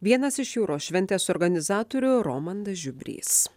vienas iš jūros šventės organizatorių romandas žiubrys